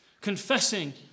confessing